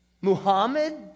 Muhammad